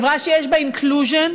חברה שיש בה inclusion,